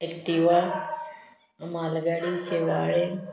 Activa मालगाडी शेवाळें